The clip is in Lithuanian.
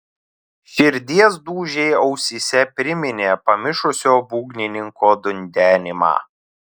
širdies dūžiai ausyse priminė pamišusio būgnininko dundenimą